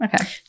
Okay